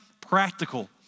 practical